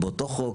באותו חוק,